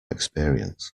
experience